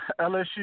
LSU